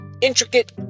intricate